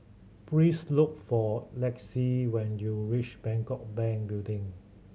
please look for Lexie when you reach Bangkok Bank Building